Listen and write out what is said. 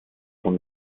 vom